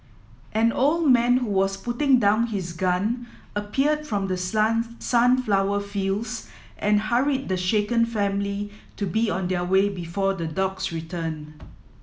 an old man who was putting down his gun appeared from the sun sunflower fields and hurried the shaken family to be on their way before the dogs return